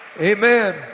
Amen